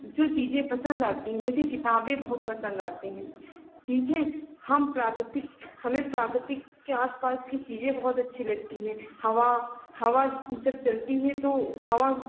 जो चीज़ें पसन्द आती हैं मुझे किताबें बहुत पसन्द आती हैं ठीक है हम प्रकृति हमें प्रकृति के आसपास की चीज़ें बहुत अच्छी लगती हैं हवा हवा जब चलती है तो हवा